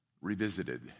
Revisited